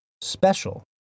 special